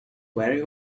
very